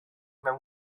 mewn